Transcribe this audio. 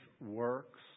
works